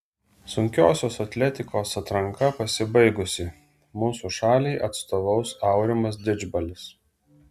sunkiosios atletikos atranka pasibaigusi mūsų šaliai atstovaus aurimas didžbalis